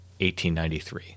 1893